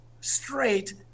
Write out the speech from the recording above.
straight